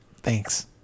Thanks